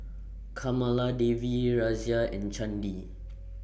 Kamaladevi Razia and Chandi